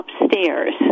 upstairs